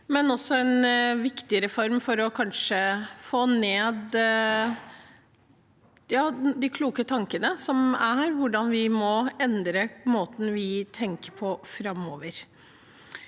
også en viktig reform for å få hentet de kloke tankene knyttet til hvordan vi må endre måten vi tenker på framover.